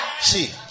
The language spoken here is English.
See